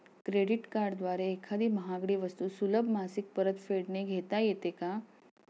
Credit कार्डद्वारे एखादी महागडी वस्तू सुलभ मासिक परतफेडने घेता येते का?